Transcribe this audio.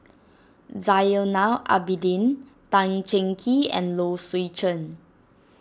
Zainal Abidin Tan Cheng Kee and Low Swee Chen